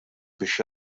biex